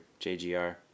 JGR